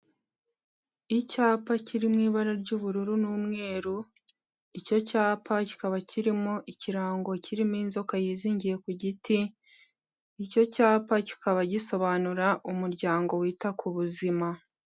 Icyapa kiri mu ibara ry'ubururu n'umweru, icyo cyapa kikaba kirimo ikirango kirimo inzoka yizingiye ku giti, icyo cyapa kikaba gisobanura umuryango wita ku buzima.